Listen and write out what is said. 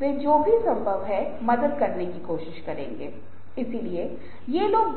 वे कभी नहीं सोचेंगे कि क्या सही है और क्या गलत है